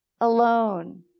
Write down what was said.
alone